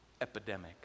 epidemic